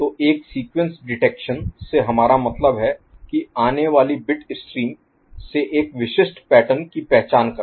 तो एक sequence detection से हमारा मतलब है कि आने वाली बिट स्ट्रीम से एक विशिष्ट पैटर्न की पहचान करना